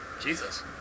Jesus